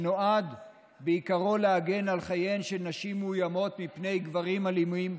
שנועד בעיקרו להגן על חייהן של נשים מאוימות מפני גברים אלימים,